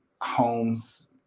homes